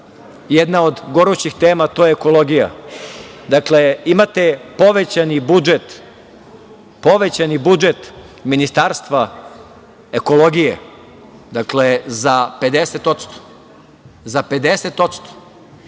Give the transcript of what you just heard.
jedna od gorućih tema, a to je ekologija. Dakle, imate povećan budžet Ministarstva ekologije za 50%.Imate